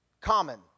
Common